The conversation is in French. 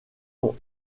sont